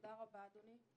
תודה רבה, אדוני.